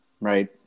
right